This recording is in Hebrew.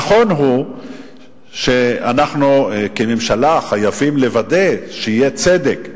נכון שאנחנו כממשלה חייבים לוודא שיהיה צדק,